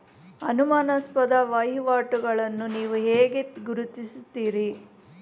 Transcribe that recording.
ಅನುಮಾನಾಸ್ಪದ ವಹಿವಾಟುಗಳನ್ನು ನೀವು ಹೇಗೆ ಗುರುತಿಸುತ್ತೀರಿ?